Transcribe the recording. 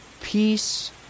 Peace